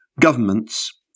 governments